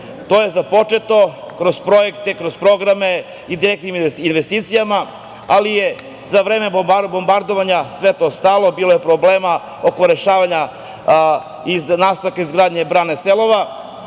je započeto kroz projekte, kroz programe i direktnim investicijama, ali je za vreme bombardovanja sve to stalo, bilo je problema oko rešavanja iz nastavka izgradnje brane „Selova“,